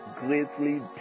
greatly